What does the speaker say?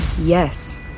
Yes